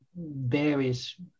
various